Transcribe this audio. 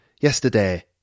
yesterday